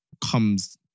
Comes